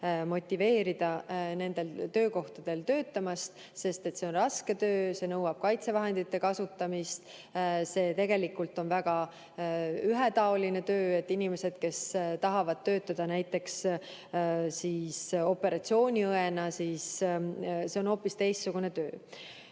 motiveerida nendel töökohtadel töötama, sest see on raske töö, see nõuab kaitsevahendite kasutamist, see tegelikult on väga ühetaoline töö. Kui inimesed tahavad töötada näiteks operatsiooniõena, siis see on hoopis teistsugune töö. Nüüd